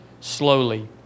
Slowly